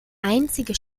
einzige